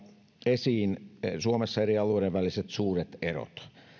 esiin eri alueiden väliset suuret erot suomessa